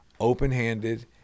open-handed